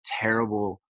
terrible